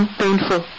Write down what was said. painful